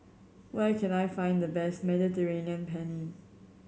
where can I find the best Mediterranean Penne